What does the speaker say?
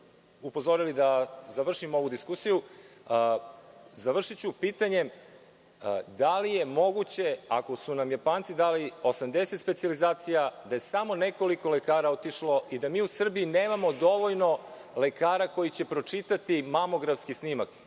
upozorili da završim ovu diskusiju. Završiću pitanjem – da li je moguće, ako su nam Japanci dali 80 specijalizacija da je samo nekoliko lekara otišlo i da mi u Srbiji nemamo dovoljno lekara koji će pročitati mamografski snimak.